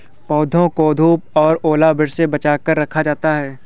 पौधों को धूप और ओलावृष्टि से बचा कर रखा जाता है